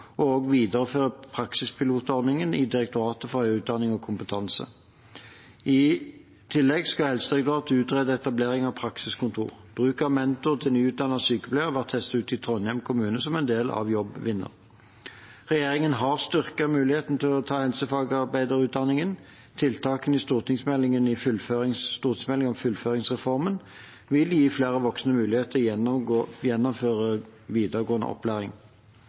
og sosialfagstudenter og å videreføre praksispilotordningen i Direktoratet for høyere utdanning og kompetanse. I tillegg skal Helsedirektoratet utrede etablering av praksiskontor. Bruk av mentor til nyutdannede sykepleiere har vært testet ut i Trondheim kommune som en del av Jobbvinner. Regjeringen har styrket muligheten til å ta helsefagarbeiderutdanningen. Tiltakene i stortingsmeldingen om fullføringsreformen vil gi flere voksne mulighet til å gjennomføre videregående opplæring.